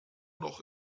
noch